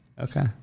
Okay